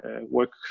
work